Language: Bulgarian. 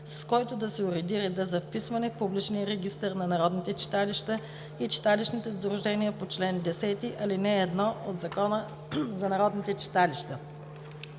с който да се уреди редът за вписване в публичния регистър на народните читалища и читалищните сдружения по чл. 10, ал. 1 от Закона за народните читалища.